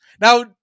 now